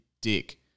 dick